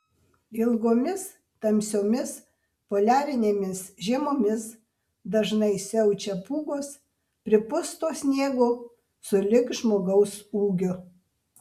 ilgomis tamsiomis poliarinėmis žiemomis dažnai siaučia pūgos pripusto sniego sulig žmogaus ūgiu